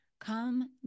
Come